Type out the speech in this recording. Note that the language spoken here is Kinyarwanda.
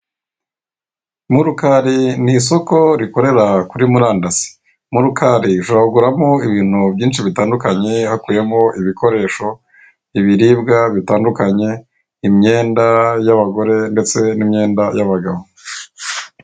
Mu rukari ni isoko rikorera kuri murandasi. Mu rukari ushobora kuguramo ibikoresho hakubiyemo ibikoresho, ibiribwa bitandukanye, imyenda y'abagore ndetse n'imyenda y'abagabo.